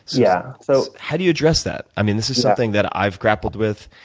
yeah, so how do you address that? i mean, this is something that i've grappled with,